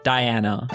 Diana